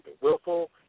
willful